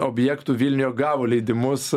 objektų vilniuje gavo leidimus